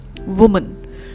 Woman